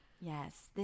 Yes